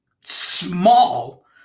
Small